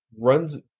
runs